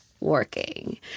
working